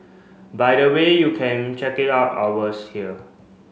by the way you can check it out ours here